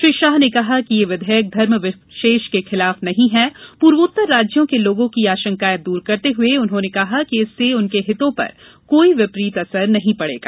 श्री शाह ने कहा कि यह विधेयक धर्म विशेष के खिलाफ नहीं है पूर्वोत्तर राज्यों के लोगों की आशंकायें दूर करते हुए उन्होंने कहा कि इससे उनके हितों पर कोई विपरीत असर नहीं पड़ेगा